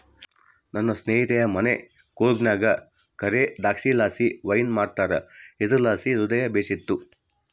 ನನ್ನ ಸ್ನೇಹಿತೆಯ ಮನೆ ಕೂರ್ಗ್ನಾಗ ಕರೇ ದ್ರಾಕ್ಷಿಲಾಸಿ ವೈನ್ ಮಾಡ್ತಾರ ಇದುರ್ಲಾಸಿ ಹೃದಯ ಬೇಶಿತ್ತು